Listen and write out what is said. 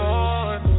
Lord